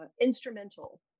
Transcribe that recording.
instrumental